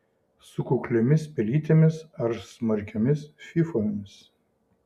su kukliomis pelytėmis ar smarkiomis fyfomis